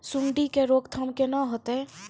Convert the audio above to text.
सुंडी के रोकथाम केना होतै?